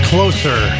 Closer